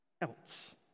else